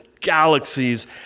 galaxies